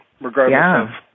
regardless